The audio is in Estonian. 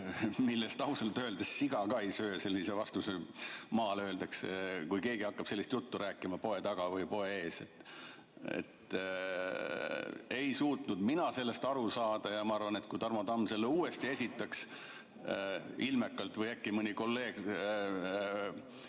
mida ausalt öeldes siga ka ei söö, nagu maal öeldakse, kui keegi hakkab sellist juttu rääkima poe taga või poe ees. Ei suutnud mina sellest aru saada. Ja ma arvan, et kui Tarmo Tamm selle uuesti esitaks, ilmekalt, või äkki mõni kolleeg,